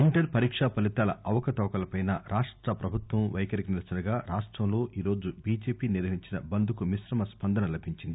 inter పరీకా ఫలితాల అవకతవకలపై రాష్ట ప్రభుత్వ వైఖరికి నిరసనగా రాష్టంలో ఈరోజు బిజెపి నిర్వహించిన బంద్ కు మిశ్రమ స్పందన లభించింది